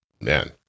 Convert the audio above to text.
man